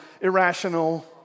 irrational